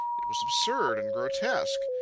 it was absurd and grotesque.